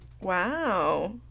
Wow